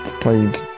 played